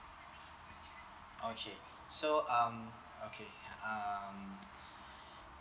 okay so um okay um